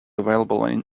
available